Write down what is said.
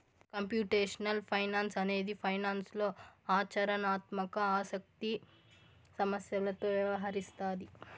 computational finance అనేది ఫైనాన్స్లో ఆచరణాత్మక ఆసక్తి సమస్యలతో వ్యవహరిస్తాది